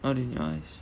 not in your eyes